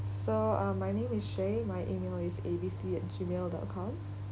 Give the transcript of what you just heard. so uh my name is shae my email is abc at gmail dot com